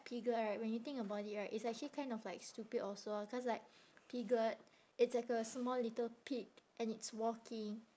piglet right when you think about it right it's actually kind of like stupid also ah cause like piglet it's like a small little pig and it's walking